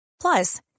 Plus